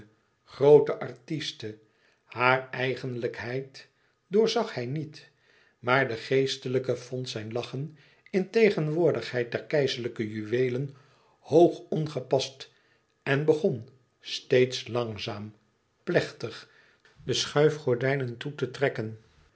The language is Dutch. groote artiste haar eigenlijkheid doorzag hij niet maar de geestelijke vond zijn lachen in tegenwoordigheid der keizerlijke juweelen hoog ongepast en begon steeds langzaam plechtig de schuifgordijnen toe te trekken